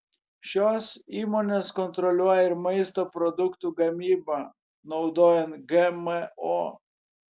šios įmonės kontroliuoja ir maisto produktų gamybą naudojant gmo